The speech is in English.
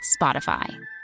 Spotify